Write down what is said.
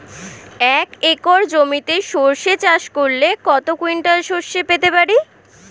এক একর জমিতে সর্ষে চাষ করলে কত কুইন্টাল সরষে পেতে পারি?